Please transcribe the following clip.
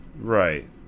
Right